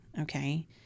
okay